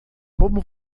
como